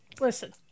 Listen